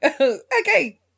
okay